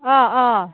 অঁ অঁ